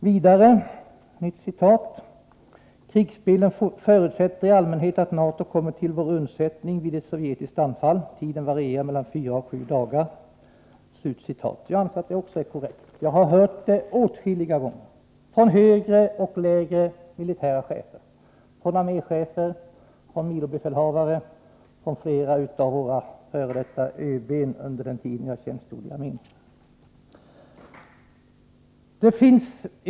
Vidare: ”Krigsspelen förutsätter i allmänhet att NATO kommer till vår undsättning vid ett sovjetiskt anfall. Tiden varierar mellan 4 och 7 dagar.” Jag anser att detta också är korrekt. Jag har under den tid jag tjänstgjorde i armén hört det åtskilliga gånger från högre och lägre militära chefer, från arméchefer, milobefälhavare och flera av våra tidigare överbefälhavare.